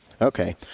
Okay